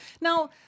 now